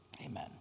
Amen